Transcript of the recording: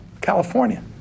California